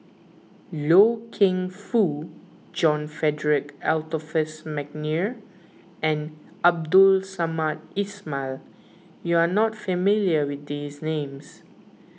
Loy Keng Foo John Frederick Adolphus McNair and Abdul Samad Ismail you are not familiar with these names